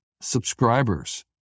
subscribers